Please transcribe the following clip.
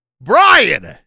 Brian